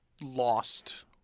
lost